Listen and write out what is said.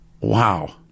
Wow